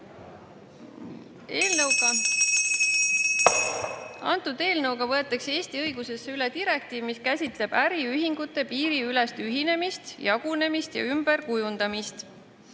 kella.) Eelnõuga võetakse Eesti õigusesse üle direktiiv, mis käsitleb äriühingute piiriülest ühinemist, jagunemist ja ümberkujundamist.